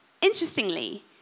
Interestingly